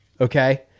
okay